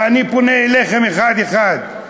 ואני פונה אליכם אחד-אחד,